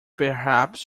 perhaps